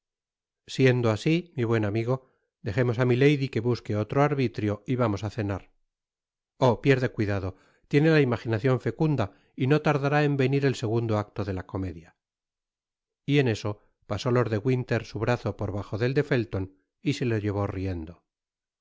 siendo asi mi buen amigo dejemos á milady que busque otro arbitrio y vamos á cenar oh pierde cuidado tieoe la imaginacion fecunda y no tardará en venir el segundo acto de la comedia y en eso pasó lord de winter su brazo por bajo del de felton y se lo llevó riendo oh